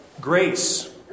grace